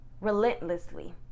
relentlessly